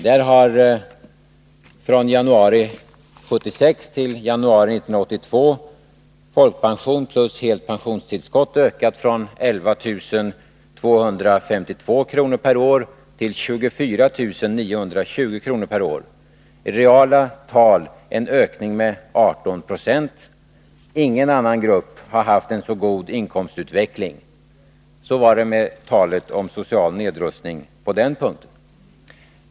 Från januari 1976 till januari 1982 har folkpension plus helt pensionstillskott ökat från 11 252 kr. per år till 24 920 kr. per år —i reala tal en ökning med 18 26. Ingen annan grupp har haft en så god inkomstutveckling. Så var det med talet om social nedrustning på den punkten.